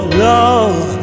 love